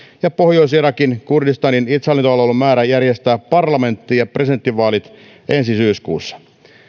ja pohjois irakin kurdistanin itsehallintoalueella on määrä järjestää parlamentti ja presidentinvaalit ensi syyskuussa